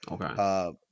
Okay